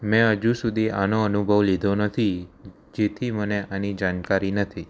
મેં હજુ સુધી આનો અનુભવ લીધો નથી જેથી મને આની જાણકારી નથી